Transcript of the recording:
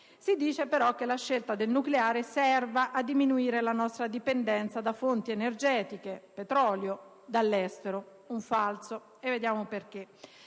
Si dice però che la scelta del nucleare serva a diminuire la nostra dipendenza da fonti energetiche (petrolio) dall'estero: è un falso, e vediamo perché.